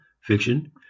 fiction